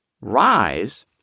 rise